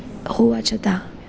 હોવા છતાં